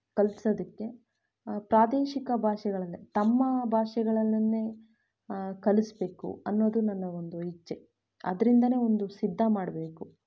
ಕಲ್ಸೋದಕ್ಕೆ ಪ್ರಾದೇಶಿಕ ಭಾಷೆಗಳಂದರೆ ತಮ್ಮ ಭಾಷೆಗಳಲ್ಲೇನೇ ಕಲಿಸ್ಬೇಕು ಅನ್ನೋದು ನನ್ನ ಒಂದು ಇಚ್ಛೆ ಆದ್ದರಿಂದನೇ ಒಂದು ಸಿದ್ಧ ಮಾಡಬೇಕು